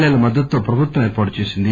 ఏల మద్దతుతో ప్రభుత్వం ఏర్పాటుచేసింది